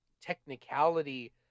technicality